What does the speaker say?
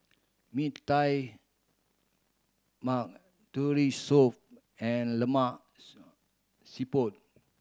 Mee Tai Mak Turtle Soup and lemak siput